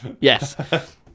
Yes